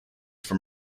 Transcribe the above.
from